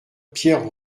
pierre